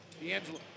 D'Angelo